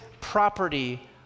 property